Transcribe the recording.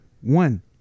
one